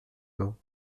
dents